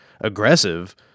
aggressive